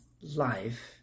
life